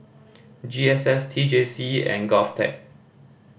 G S S T J C and GovTech